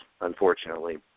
unfortunately